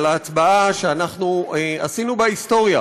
על הצבעה שאנחנו עשינו בה היסטוריה,